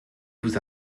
vous